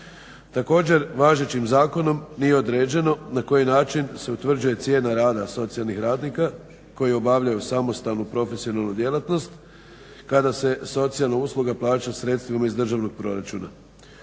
Također važećim zakonom nije određeno na koji način se utvrđuje cijena rada socijalnih radnika koji obavljaju samostalnu profesionalnu djelatnost kada se socijalna usluga plaća sredstvima iz državnog proračuna.